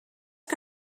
que